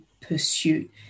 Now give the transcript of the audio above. pursuit